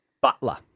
Butler